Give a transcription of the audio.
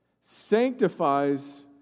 sanctifies